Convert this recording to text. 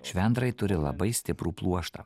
švendrai turi labai stiprų pluoštą